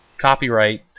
copyright